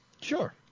Sure